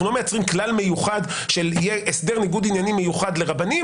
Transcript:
אנחנו לא מייצרים כלל מיוחד שיהיה הסדר ניגוד עניינים מיוחד לרבנים,